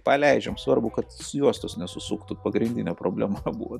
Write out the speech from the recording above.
paleidžiam svarbu kad juostus nesusuktų pagrindinė problema buvo